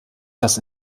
das